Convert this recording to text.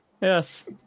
Yes